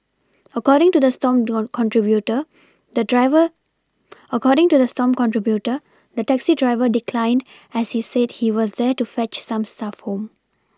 according to the Stomp contributor the driver according to the Stomp contributor the taxi driver declined as he said he was there to fetch some staff home